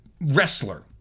wrestler